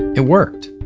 it worked.